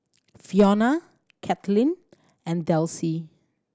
Fiona Kathlyn and Delsie